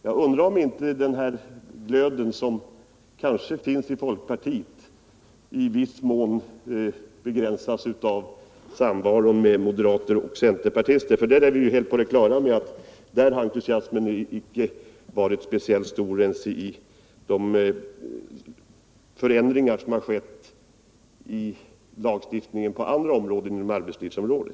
Jag undrar därför om inte den glöd som kanske fanns inom folkpartiet i viss mån har falnat genom samvaron med moderater och centerpartister — för vi är ju på det klara med att där har entusiasmen inte varit speciellt stor ens vid genomförandet av förändringar i lagstiftningen på andra områden än inom arbetslivsområdet.